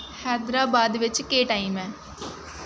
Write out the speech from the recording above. हैदराबाद विच केह् टाइम ऐ